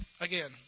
Again